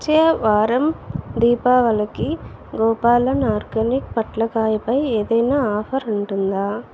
వచ్చే వారం దీపావళికి గోపాలన్ ఆర్గానిక్ పొట్లకాయపై ఏదైనా ఆఫర్ ఉంటుందా